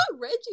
Reggie